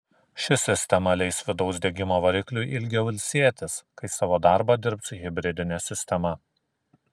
ši sistema leis vidaus degimo varikliui ilgiau ilsėtis kai savo darbą dirbs hibridinė sistema